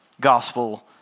Gospel